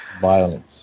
violence